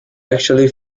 actually